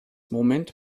moment